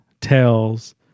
tells